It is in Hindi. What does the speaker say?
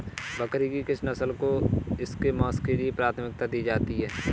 बकरी की किस नस्ल को इसके मांस के लिए प्राथमिकता दी जाती है?